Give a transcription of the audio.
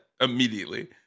immediately